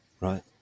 Right